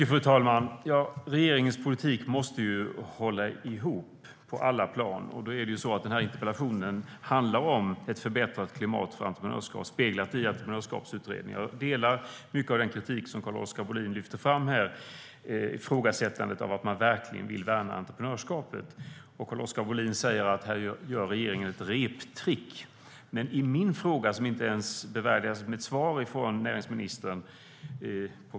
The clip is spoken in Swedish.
Fru talman! Regeringens politik måste hålla ihop på alla plan. Interpellationen handlar om ett förbättrat klimat för entreprenörskap speglat i entreprenörskapsutredningar. Jag delar mycket av den kritik som Carl-Oskar Bohlin lyfter fram här och ifrågasättandet av att man verkligen vill värna entreprenörskapet. Carl-Oskar Bohlin säger att regeringen här gör ett reptrick. Min fråga i mitt förra inlägg bevärdigas dock inte ens med ett svar från näringsministern.